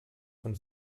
von